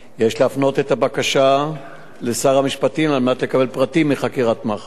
יש להפנות את הבקשה לשר המשפטים על מנת לקבל פרטים מחקירת מח"ש.